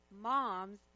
moms